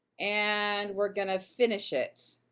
and we're gonna finish it.